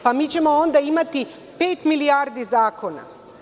Pa, mi ćemo onda imati pet milijardi zakona.